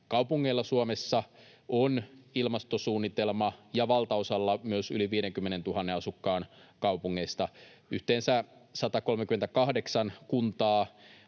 kaupungeilla Suomessa on ilmastosuunnitelma, ja valtaosalla myös yli 50 000 asukkaan kaupungeista. Yhteensä 138 kuntaa